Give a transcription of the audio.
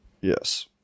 Yes